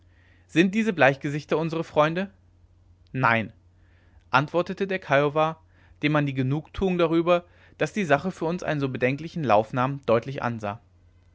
sind diese bleichgesichter unsere freunde nein antwortete der kiowa dem man die genugtuung darüber daß die sache für uns einen so bedenklichen lauf nahm deutlich ansah